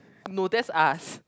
no that's us